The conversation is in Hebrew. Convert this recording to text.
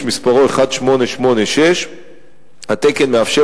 שמספרו 1886. התקן מאפשר,